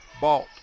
Balt